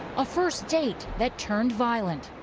a first date that turned violent.